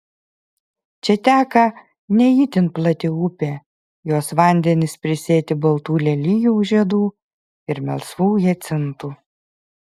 čia teka ne itin plati upė jos vandenys prisėti baltų lelijų žiedų ir melsvų hiacintų